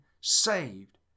saved